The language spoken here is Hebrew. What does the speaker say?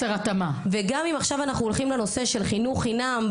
גם אם אנחנו עכשיו הולכים לנושא של חינוך חינם,